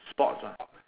sports ah